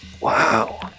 Wow